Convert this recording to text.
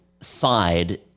side